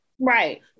Right